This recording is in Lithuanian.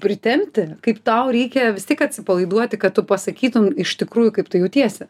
pritempti kaip tau reikia vis tiek atsipalaiduoti kad tu pasakytum iš tikrųjų kaip tu jautiesi